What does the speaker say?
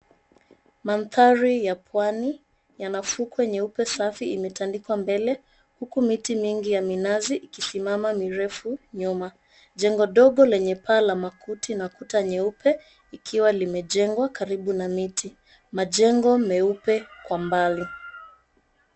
Mandhari ya pwani yana fukwe nyeupe safi imetandikwa mbele huku miti mingi ya minazi ikisimama mirefu nyuma. Jengo dogo lenye paa la makuti na kuta nyeupe ikiwa imejengwa karibu na miti. Majengo meupe kwa mbali.